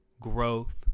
growth